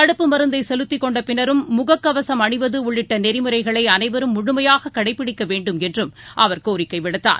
தடுப்பு மருந்தைசெலுத்திக் கொண்டபின்னரும் முகக்கவசம் அணிவதுஉள்ளிட்டநெறிமுறைகளைஅனைவரும் முழுமையாககடைப்பிடிக்கவேண்டும் என்றம் அவர் கோரிக்கைவிடுத்தார்